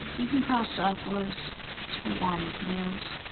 you can cross it off the list. it's for wanda's nails.